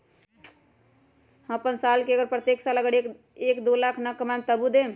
हम अपन साल के प्रत्येक साल मे अगर एक, दो लाख न कमाये तवु देम?